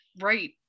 Right